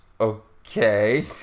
Okay